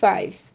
Five